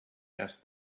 asked